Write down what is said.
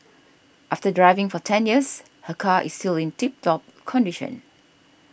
after driving for ten years her car is still in tip top condition